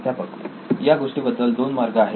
प्राध्यापक या गोष्टीबद्दल दोन मार्ग आहेत